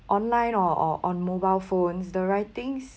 online or or on mobile phones the writings